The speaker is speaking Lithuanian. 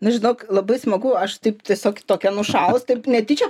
nu žinok labai smagu aš taip tiesiog tokia nušalus taip netyčia